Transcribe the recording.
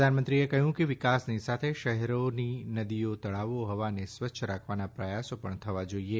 પ્રધાનમંત્રીએ કહયું કે વિકાસની સાથે શહેરોની નદીઓ તળાવો હવાને સ્વચ્છ રાખવાના પ્રયાસો પણ થવા જોઇએ